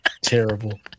Terrible